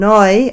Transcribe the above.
Noi